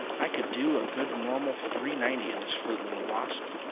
i could do a good normal three-ninety in this fleet little wasp,